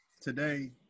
today